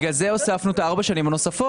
לכן הוספנו את ארבע השנים הנוספות.